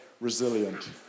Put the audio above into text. resilient